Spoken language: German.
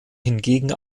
hingegen